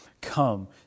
Come